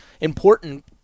important